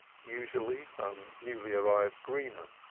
usually some newly-arrived greener,